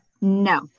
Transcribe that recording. no